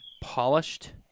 polished